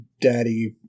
daddy